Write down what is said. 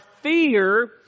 fear